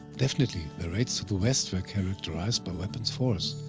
definitely, their raids to the west were characterized by weapons force,